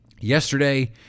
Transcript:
Yesterday